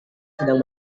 sedang